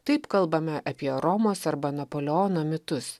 taip kalbame apie romos arba napoleono mitus